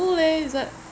eh it's like